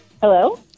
Hello